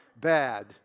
bad